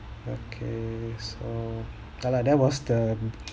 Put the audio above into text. okay so ya lah that was the